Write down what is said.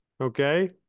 Okay